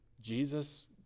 Jesus